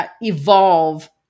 evolve